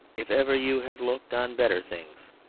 if ever you have looked on better things,